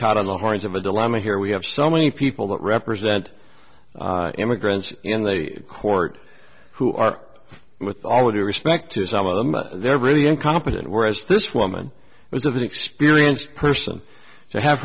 caught on the horns of a dilemma here we have so many people that represent immigrants in the court who are with all due respect to some of them they're really incompetent whereas this woman was an experienced person to have